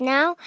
Now